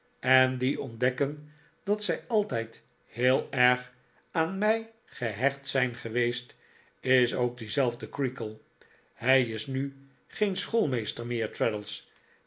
en die ontdekken dat zij altijd heel erg aan mij gehecht zijn geweest is ook diezelfde creakle hij is nu geen schoplmeester meer